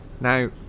now